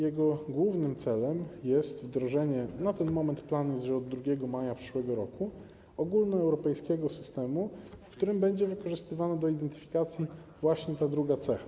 Jego głównym celem jest wdrożenie - na ten moment jest plan, że od 2 maja przyszłego roku - ogólnoeuropejskiego systemu, w którym będzie wykorzystywana do identyfikacji właśnie ta druga cecha.